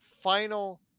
final